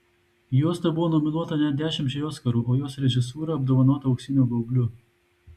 juosta buvo nominuota net dešimčiai oskarų o jos režisūra apdovanota auksiniu gaubliu